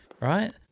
right